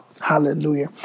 Hallelujah